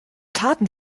taten